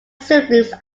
siblings